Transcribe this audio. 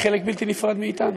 היא חלק בלתי נפרד מאתנו.